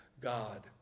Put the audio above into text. God